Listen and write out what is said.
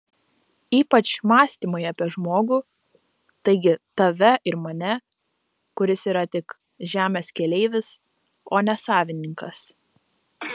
ypač mąstymai apie žmogų taigi tave ir mane kuris yra tik žemės keleivis o ne savininkas